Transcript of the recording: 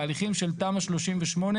תהליכים של תמ"א 38,